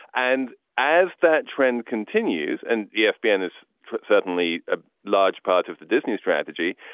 and as that trend continues and yeah espn and is certainly a large part of the disney strategy,